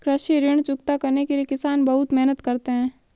कृषि ऋण चुकता करने के लिए किसान बहुत मेहनत करते हैं